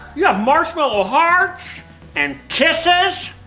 yeah marshmallow hearts and kisses.